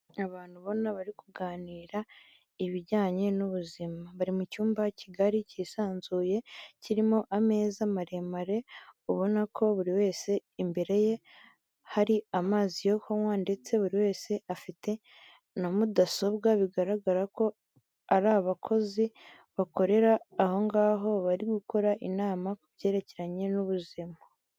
Abantu ubona bari kuganira ibijyanye n'ubuzima bari mu cyumba kigari cyisanzuye kirimo ameza maremare ubona ko buri wese imbere ye hari amazi yo kunywa ndetse buri wese afite na mudasobwa, bigaragara ko ari abakozi bakorera aho ngaho bari gukora inama ku byerekeranye n'ubuzima.